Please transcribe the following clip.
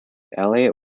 elliott